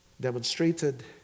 demonstrated